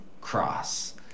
cross